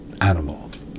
animals